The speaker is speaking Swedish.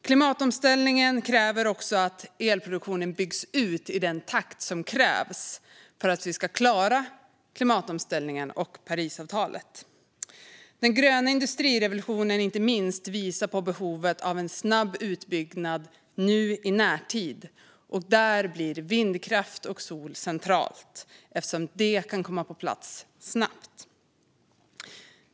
Klimatomställningen kräver också att elproduktionen byggs ut i en takt som gör att vi klarar omställningen och Parisavtalet. Inte minst den gröna industrirevolutionen visar på behovet av en snabb utbyggnad nu i närtid, och där blir vindkraft och sol centralt, eftersom detta kan komma på plats snabbt.